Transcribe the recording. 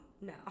No